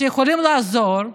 שיכולים לעזור?